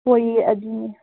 ꯍꯣꯏꯑꯦ ꯑꯗꯨꯅꯤ